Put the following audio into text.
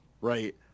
right